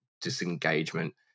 disengagement